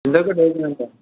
ഇതൊക്കെ ഡെയിലി കണക്കാണ്